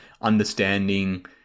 understanding